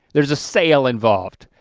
there's a sail involved.